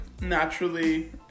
naturally